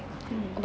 mm